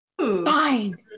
Fine